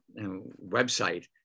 website